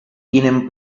tienen